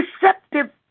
deceptive